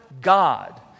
God